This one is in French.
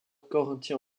corinthien